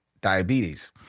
Diabetes